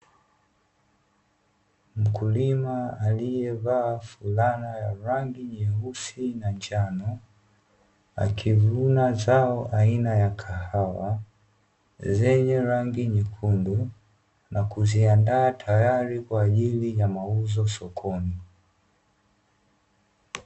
Mkulima aliyevaa fulana ya rangi nyeusi na njano, akivuna zao aina ya kahawa zenye rangi nyekundu, na kuziandaa tayari kwa ajili ya mauzo sokoni.